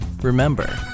Remember